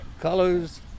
colors